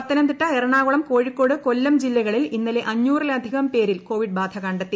പത്തനംതിട്ട എറണാകുളം കോഴിക്കോട് കൊല്ലം ജില്ലകളിൽ ഇന്നലെ അഞ്ഞൂറിലധികം പേരിൽ കോവിഡ് ബാധ കണ്ടെത്തി